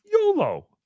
YOLO